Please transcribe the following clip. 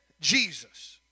Jesus